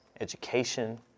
education